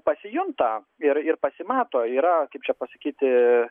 pasijunta ir ir pasimato yra kaip čia pasakyti